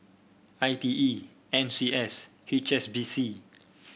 I T E N C S H S B C